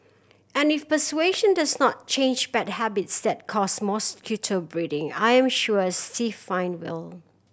and if persuasion does not change bad habits that cause mosquito breeding I am sure a stiff fine will